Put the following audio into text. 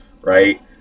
Right